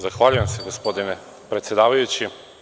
Zahvaljujem se, gospodine predsedavajući.